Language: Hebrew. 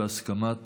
בהסכמת